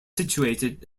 situated